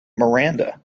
miranda